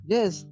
Yes